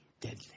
Deadly